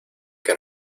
que